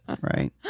Right